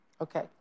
Okay